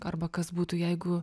arba kas būtų jeigu